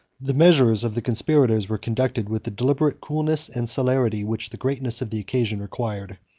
the measures of the conspirators were conducted with the deliberate coolness and celerity which the greatness of the occasion required.